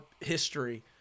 history